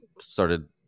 Started